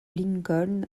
lincoln